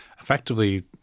effectively